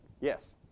yes